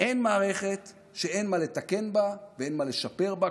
שאין מערכת שאין מה לתקן בה ואין מה לשפר בה,